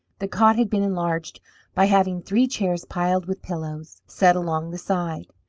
the cot had been enlarged by having three chairs piled with pillows, set along the side.